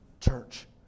Church